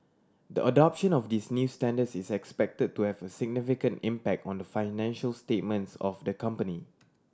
the adoption of these new standards is expected to have a significant impact on the financial statements of the company